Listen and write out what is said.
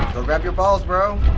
go grab your balls, bro.